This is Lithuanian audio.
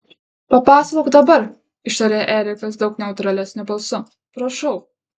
papasakok dabar ištarė erikas daug neutralesniu balsu prašau